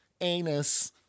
Anus